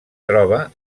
troba